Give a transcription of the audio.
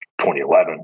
2011